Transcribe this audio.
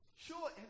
Sure